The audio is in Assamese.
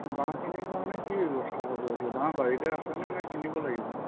বাঁহখিনিৰ কাৰণে কি ব্যৱস্থা হ'ব এতিয়া বাঁহ বাৰীতে আছেনে নে কিনিব লাগিব